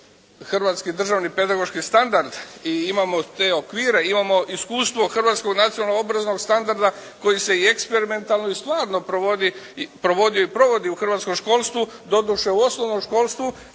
Hrvatski državni pedagoški standard i imamo te okvire. Imamo iskustvo Hrvatskog nacionalnog obrazovnog standarda koji se i eksperimentalno i stvarno provodi, provodio i provodi u hrvatskom školstvu. Doduše u osnovnom školstvu,